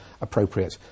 appropriate